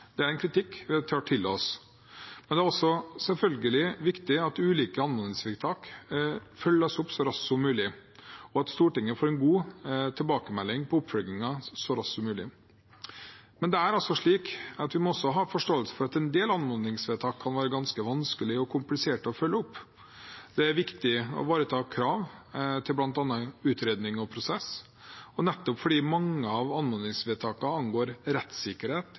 Det er en kritikk vi tar til oss. Det er selvfølgelig også viktig at ulike anmodningsvedtak følges opp så raskt som mulig, og at Stortinget får en god tilbakemelding på oppfølgingen så raskt som mulig. Men man må også ha forståelse for at en del anmodningsvedtak kan det være ganske vanskelig og komplisert å følge opp. Det er viktig å ivareta krav til bl.a. utredning og prosess, og nettopp fordi mange av anmodningsvedtakene angår rettssikkerhet,